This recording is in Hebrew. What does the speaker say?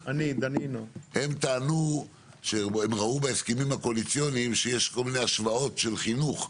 הם טענו שהם ראו בהסכמים הקואליציוניים שיש כל מיני השוואות של חינוך,